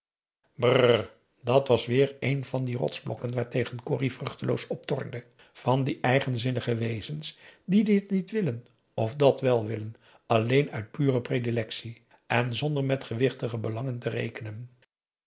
dat was weer een van die rotsblokken waartegen corrie vruchteloos optornde van die eigenzinnige wezens die dit niet willen of dàt wel willen alleen uit pure predilectie en zonder met gewichtige belangen te rekenen